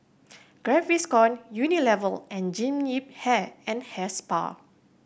Gaviscon Unilever and Jean Yip Hair and Hair Spa